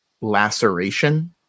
laceration